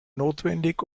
notwendig